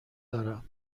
دارم